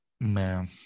Man